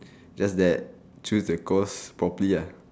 just that choose the course properly uh